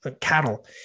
cattle